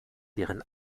deren